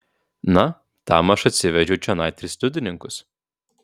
na tam aš atsivedžiau čionai tris liudininkus